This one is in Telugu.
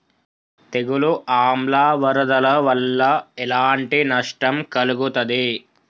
తెగులు ఆమ్ల వరదల వల్ల ఎలాంటి నష్టం కలుగుతది?